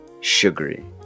Sugary